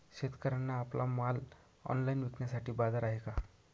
शेतकऱ्यांना आपला माल ऑनलाइन विकण्यासाठी बाजार आहे का?